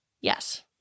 Yes